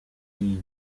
iyo